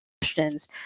questions